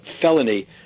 felony